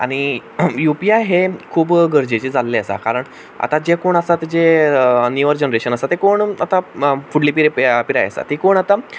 आनी U P I हें खूब गरजेचें जाल्लें आसा कारण आतां जे कोण जे न्युअर जेनरेशन आसा तें कोण आतां फुडली पिराय आसा ती आतां